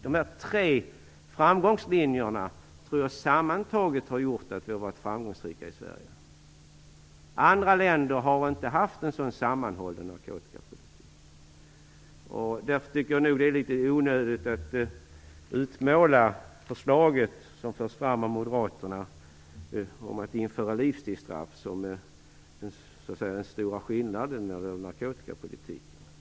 De här tre framgångslinjerna tror jag sammantaget har gjort att vi har varit framgångsrika i Sverige. Andra länder har inte haft en sådan sammanhållen narkotikapolitik. Därför tycker jag nog att det är litet onödigt att utmåla förslaget som förs fram av moderaterna om att införa livstidsstraff som den stora skillnaden när det gäller narkotikapolitik.